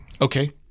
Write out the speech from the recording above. Okay